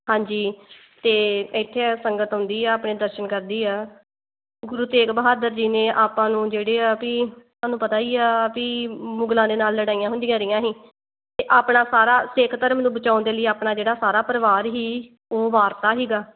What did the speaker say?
ਹਾਂਜੀ ਅਤੇ ਇੱਥੇ ਸੰਗਤ ਆਉਂਦੀ ਆ ਆਪਣੇ ਦਰਸ਼ਨ ਕਰਦੀ ਆ ਗੁਰੂ ਤੇਗ ਬਹਾਦਰ ਜੀ ਨੇ ਆਪਾਂ ਨੂੰ ਜਿਹੜੇ ਆ ਵੀ ਤੁਹਾਨੂੰ ਪਤਾ ਹੀ ਆ ਵੀ ਮੁਗਲਾਂ ਦੇ ਨਾਲ ਲੜਾਈਆਂ ਹੁੰਦੀਆਂ ਰਹੀਆਂ ਸੀ ਅਤੇ ਆਪਣਾ ਸਾਰਾ ਸਿੱਖ ਧਰਮ ਨੂੰ ਬਚਾਉਣ ਦੇ ਲਈ ਆਪਣਾ ਜਿਹੜਾ ਸਾਰਾ ਪਰਿਵਾਰ ਹੀ ਉਹ ਵਾਰਤਾ ਸੀਗਾ